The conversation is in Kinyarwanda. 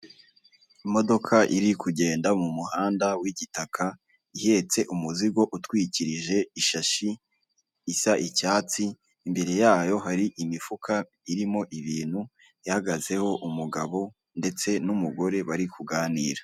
Imodoka iri kugenda mu muhanda w'igitaka ihetse umuzigo utwikirije ishashi isa icyatsi, imbere yayo hari imifuka irimo ibintu, ihagazeho umugabo ndetse n'umugore bari kuganira.